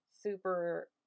super